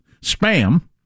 Spam